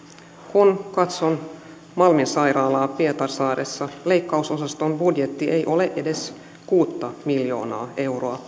kun katson malmin sairaalaa pietarsaaressa leikkausosaston budjetti ei ole edes kuutta miljoonaa euroa